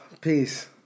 peace